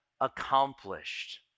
accomplished